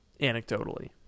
anecdotally